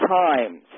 times